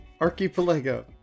Archipelago